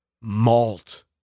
malt